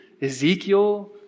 Ezekiel